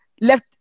left